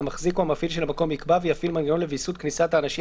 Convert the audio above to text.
המחזיק או המפעיל של המקום יקבע ויפעיל מנגנון לוויסות כניסת האנשים